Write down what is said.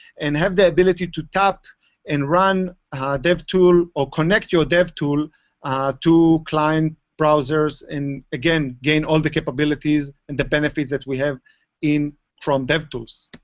and have the ability to tap and run ah dev tool, or connect your dev tool to client browsers, and again, gain all the capabilities and the benefits that we have in chrome dev tools.